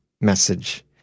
message